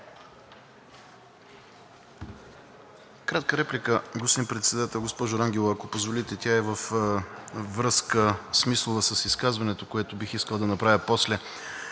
Кратка реплика, господин Председател. Госпожо Рангелова, ако позволите, тя е в смислова връзка с изказването, което бих искал да направя после.